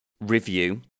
review